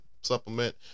supplement